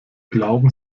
glauben